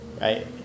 right